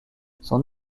son